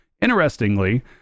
interestingly